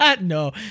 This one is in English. No